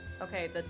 Okay